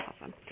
Awesome